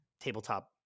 tabletop